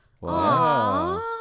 wow